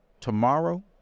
Tomorrow